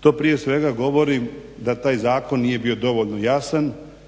To prije svega govori da taj zakon nije bio dovoljno jasan